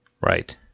Right